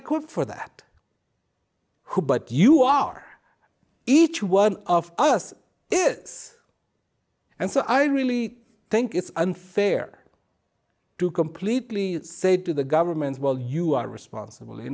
equipped for that who but you are each one of us is and so i really think it's unfair to completely say to the government well you are responsible you